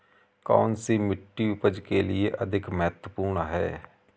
कौन सी मिट्टी उपज के लिए अधिक महत्वपूर्ण है?